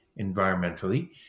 environmentally